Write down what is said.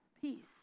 peace